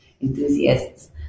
enthusiasts